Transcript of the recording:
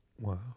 Wow